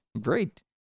Great